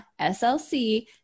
SLC